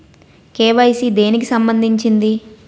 KYC దేనికి సంబందించింది?